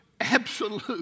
absolute